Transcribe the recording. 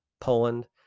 poland